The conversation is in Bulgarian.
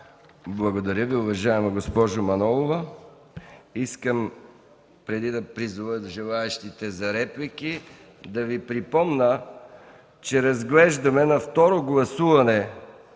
Благодаря Ви, уважаема госпожо Манолова. Искам, преди да призова желаещите за реплики, да Ви припомня, че разглеждаме на Второ гласуване